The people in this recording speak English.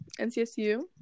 NCSU